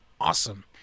awesome